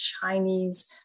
Chinese